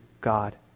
God